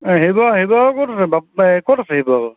আহিব আহিব